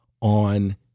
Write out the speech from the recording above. on